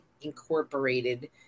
Incorporated